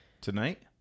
tonight